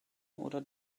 oder